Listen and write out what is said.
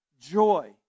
Joy